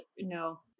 no